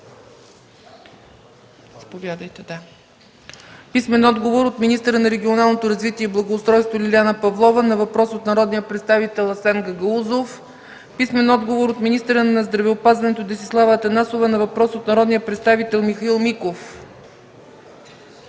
Великов; - министъра на регионалното развитие и благоустройството Лиляна Павлова на въпрос от народния представител Асен Гагаузов; - министъра на здравеопазването Десислава Атанасова на въпрос от народния представител Михаил Миков;